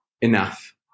enough